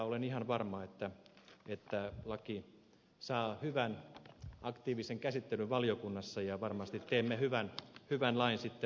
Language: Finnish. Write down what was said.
olen ihan varma että laki saa hyvän aktiivisen käsittelyn valiokunnassa ja varmasti teemme hyvän lain sitten